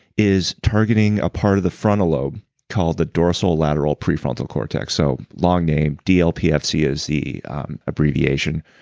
is targeting a part of the frontal lobe called the dorsal lateral prefrontal cortex. so long name, dlpfc is the abbreviation.